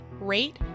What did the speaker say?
rate